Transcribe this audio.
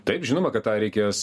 taip žinoma kad tą reikės